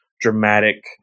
dramatic